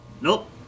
Nope